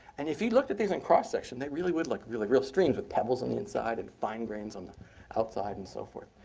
and if you looked at these in cross section they really would look really real streams, with pebbles on the inside, and fine grains on the outside, and so forth.